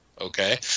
Okay